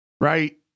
Right